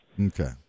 Okay